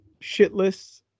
shitless